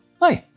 Hi